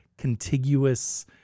contiguous